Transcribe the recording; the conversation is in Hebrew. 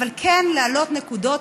אבל אני חייבת להעלות נקודות,